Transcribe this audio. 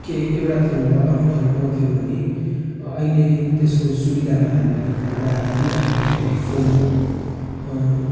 केही एउटा ठाउँबाट अर्को ठाउँ पुर्याउँथ्यौँ भने अहिले त्यसको सुविधामा हामीलाई हाम्रा हात हातमा फोनको